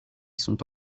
sont